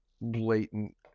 blatant